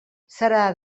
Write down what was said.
serà